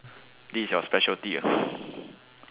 this is your specialty ah